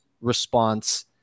response